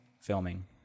filming